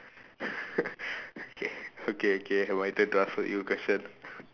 okay okay okay my turn to ask you question